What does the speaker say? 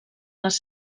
les